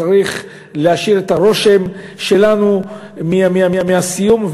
צריך להשאיר את הרושם שלנו מהסיום.